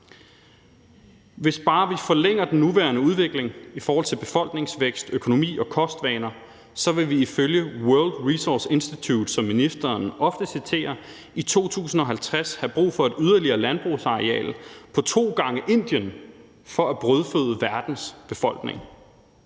Hvis bare vi forlænger den nuværende udvikling i forhold til befolkningsvækst, økonomi og kostvaner, så vil vi ifølge World Resources Institute, som ministeren ofte citerer, i 2050 have brug for et yderligere landbrugsareal på to gange Indiens areal for at brødføde verdens befolkning.